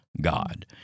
God